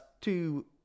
two